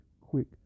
quick